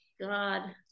God